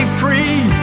free